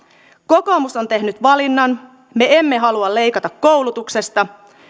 kokoomus on tehnyt valinnan me emme halua leikata koulutuksesta